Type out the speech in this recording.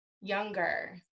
younger